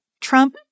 Trump